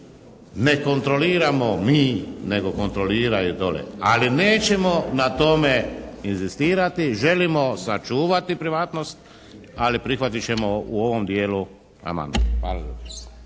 ne kontroliramo mi nego kontroliraju dole. Ali nećemo na tome inzistirati. Želimo sačuvati privatnost. Ali prihvatit ćemo u ovom dijelu amandman.